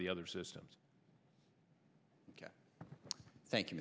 of the other systems ok thank you